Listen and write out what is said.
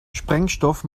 sprengstoff